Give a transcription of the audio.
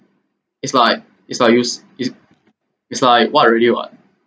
it's like it's like use it it's like what already what